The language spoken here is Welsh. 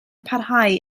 parhau